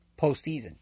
postseason